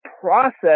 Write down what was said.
process